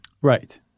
Right